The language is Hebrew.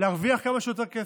להרוויח כמה שיותר כסף.